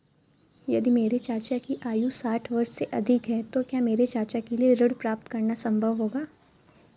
यदि मेरे चाचा की आयु साठ वर्ष से अधिक है तो क्या मेरे चाचा के लिए ऋण प्राप्त करना संभव होगा?